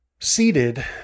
seated